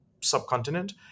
subcontinent